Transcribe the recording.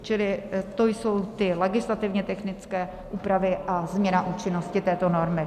Čili to jsou ty legislativně technické úpravy a změna účinnosti této normy.